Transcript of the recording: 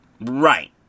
Right